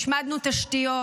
השמדנו תשתיות,